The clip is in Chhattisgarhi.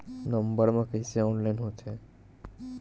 नम्बर मा कइसे ऑनलाइन होथे?